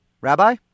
Rabbi